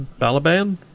balaban